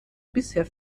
bisher